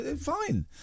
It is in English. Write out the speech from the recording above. Fine